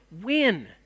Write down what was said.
win